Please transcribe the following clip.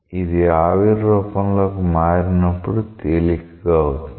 ఇది ఆవిరి రూపంలో కి మారినప్పుడు తేలికగా అవుతుంది